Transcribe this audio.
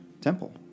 temple